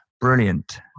brilliant